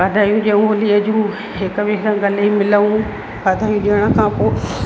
वाधायूं ॾियूं होलीअ जूं हिक ॿिए सां गले मिलूं वाधायूं ॾियण खां पोइ